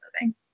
moving